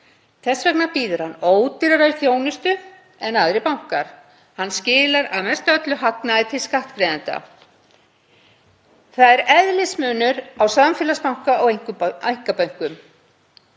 Þess vegna býður hann ódýrari þjónustu en aðrir bankar. Hann skilar að mestöllu leyti hagnaði til skattgreiðenda. Það er eðlismunur á samfélagsbanka og einkabönkum.